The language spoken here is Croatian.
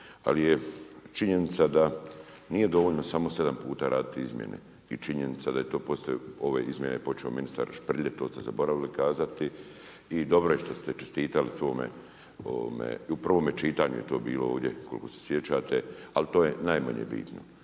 Ali je činjenica da nije dovoljno samo sedam puta raditi izmjene, i činjenica da je postavio ove izmjene počeo ministar Šprlje, to ste zaboravili kazati i dobro je što se čestitali svome, i u prvome čitanju je to bilo ovdje, koliko se sjećati, ali to je najmanje bitno.